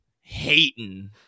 hating